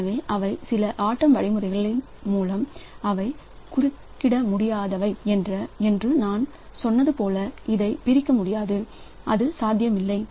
எனவே அவை சில ஆட்டம் வழிமுறைகள் மூலம் அவை குறுக்கிட முடியாதவை என்று நான் சொன்னது போல இதை பிரிக்க முடியாது அது சாத்தியமில்லை